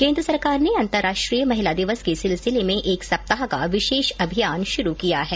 केन्द्र सरकार ने अंतर्राष्ट्रीय महिला दिवस के सिलसिले में एक सप्ताह का विशेष अभियान शुरू किया है